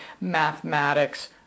mathematics